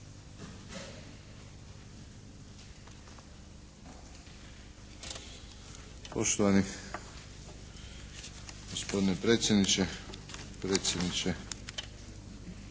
Poštovani gospodine predsjedniče, predsjedniče